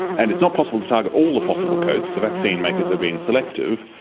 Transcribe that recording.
and it's not possible to target all the possible coats. the vaccine makers have been selective.